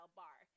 bar